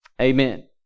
Amen